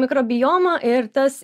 mikrobioma ir tas